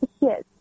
Yes